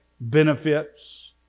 benefits